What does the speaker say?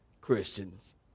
Christians